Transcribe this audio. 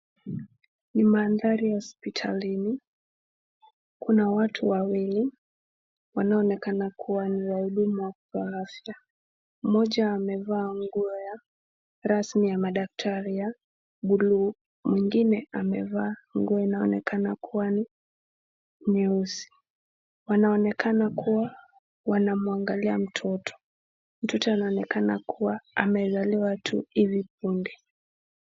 Ni mandhari ya hospitalini. Kuna watu wawili wanaonekana kuwa ni wahudumu wa afya. Mmoja amevaa nguo ya rasmi ya madaktari ya buluu na mwingine amevaa nguo inayoonekana kuwa ni nyeusi. Wanaonekana kuwa wanamwangalia mtoto. Mtoto anaonekana kuwa amezaliwa tu hivi punde.